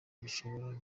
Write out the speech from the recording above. gishobora